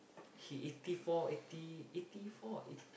he eighty four eighty eighty four or eight